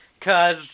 Cause